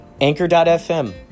Anchor.fm